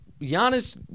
Giannis